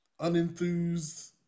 unenthused